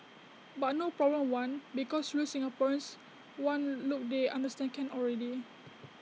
but no problem one because real Singaporeans one look they understand can already